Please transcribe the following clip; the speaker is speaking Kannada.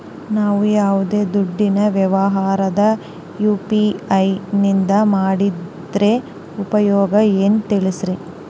ನಾವು ಯಾವ್ದೇ ದುಡ್ಡಿನ ವ್ಯವಹಾರ ಯು.ಪಿ.ಐ ನಿಂದ ಮಾಡಿದ್ರೆ ಉಪಯೋಗ ಏನು ತಿಳಿಸ್ರಿ?